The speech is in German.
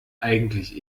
eigentlich